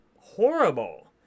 horrible